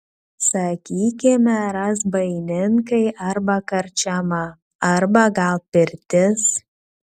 sakykime razbaininkai arba karčiama arba gal pirtis